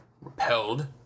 Repelled